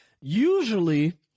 usually